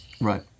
Right